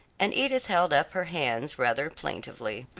and edith held up her hands rather plaintively.